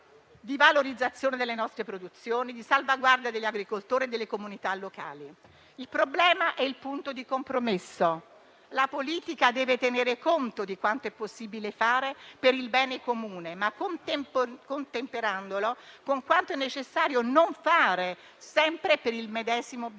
di valorizzazione delle nostre produzioni, di salvaguardia degli agricoltori e delle comunità locali. Il problema è il punto di compromesso; la politica deve tenere conto di quanto è possibile fare per il bene comune, contemperandolo però con quanto è necessario non fare sempre per il medesimo bene